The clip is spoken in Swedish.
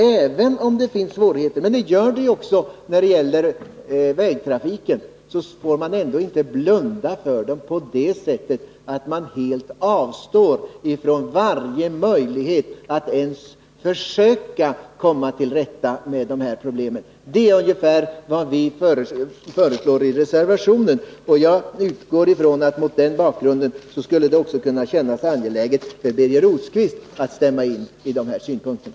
Även om det finns svårigheter — och det gör det också när det gäller vägtrafiken — får vi inte avstå från varje möjlighet att ens försöka komma till rätta med problemen. Det är ungefär vad vi framhåller i reservationen. Mot den bakgrunden borde det kännas angeläget också för Birger Rosqvist att instämma i reservationen.